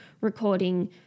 recording